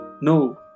No